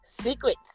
Secrets